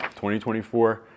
2024